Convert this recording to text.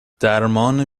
درمان